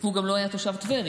הוא גם לא היה תושב טבריה.